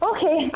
Okay